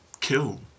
kill